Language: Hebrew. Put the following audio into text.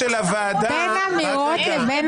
הוועדה- -- בין אמירות לבין